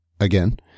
Again